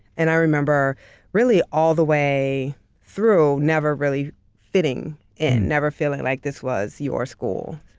and i remember really all the way through never really fitting in, never feeling like this was your school.